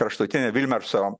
kraštutine vilmerso